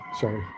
sorry